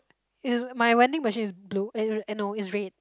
it's my vending machine is blue eh eh no it's red